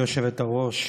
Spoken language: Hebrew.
גברתי היושבת-ראש,